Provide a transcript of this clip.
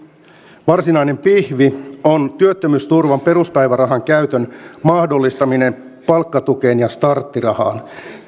varsinainen pihvi on työttömyysturvan peruspäivärahan käytön mahdollistaminen palkkatukeen ja starttirahaan